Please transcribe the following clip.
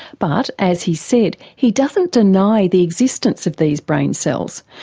but, as he said, he doesn't deny the existence of these brain cells,